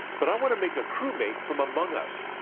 but i want to make a crew mate from among us.